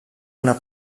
una